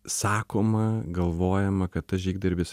sakoma galvojama kad tas žygdarbis